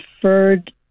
deferred